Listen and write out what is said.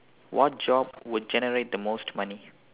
what job would generate the most money